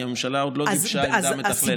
כי הממשלה עוד לא גיבשה עמדה מתכללת.